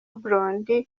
blondy